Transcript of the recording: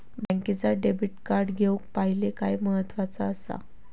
बँकेचा debit card घेउक पाहिले काय महत्वाचा असा?